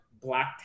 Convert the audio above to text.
Black